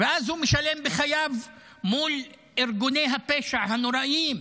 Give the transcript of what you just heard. ואז הוא משלם בחייו מול ארגוני הפשע הנוראיים,